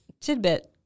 tidbit